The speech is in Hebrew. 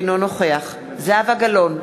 אינו נוכח זהבה גלאון,